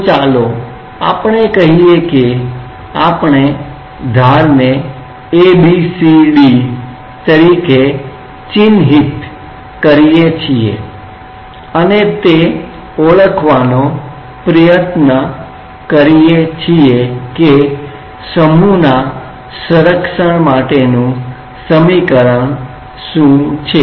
તો ચાલો આપણે કહીએ કે આપણે ધારને A B C D તરીકે ચિહ્નિત કરીએ છીએ અને તે ઓળખવાનો પ્રયત્ન કરીએ છીએ કે માસના સંરક્ષણ માટેનું સમીકરણ શું છે